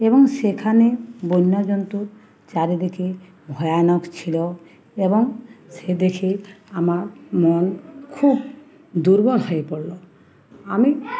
এবং সেখানে বন্য জন্তু চারিদিকে ভয়ানক ছিলো এবং সে দেখে আমার মন খুব দুর্বল হয়ে পড়লো আমি